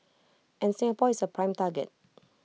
and Singapore is A prime target